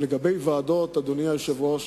בנושא ועדות, אדוני היושב-ראש,